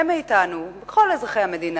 מי מאתנו, כל אזרחי המדינה,